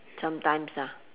sometimes lah